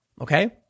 okay